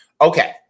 Okay